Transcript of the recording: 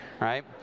right